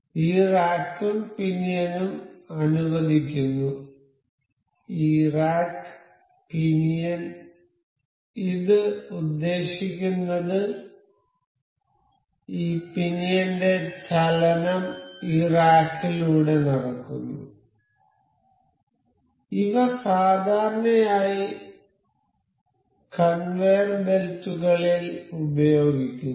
ഈ റാക്കും പിനിയനും അനുവദിക്കുന്നു ഈ റാക്ക് പിനിയൻ ഇത് ഉദ്ദേശിക്കുന്നത് ഈ പിനിയന്റെ ചലനം ഈ റാക്കിലൂടെ നടക്കുന്നു ഇവ സാധാരണയായി കൺവെയർ ബെൽറ്റുകളിൽ ഉപയോഗിക്കുന്നു